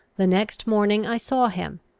the next morning i saw him,